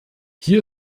hier